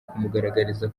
kumugaragariza